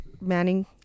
Manning